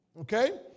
Okay